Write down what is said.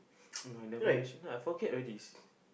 no I never mention no I forget already